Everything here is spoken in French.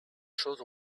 choses